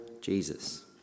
Jesus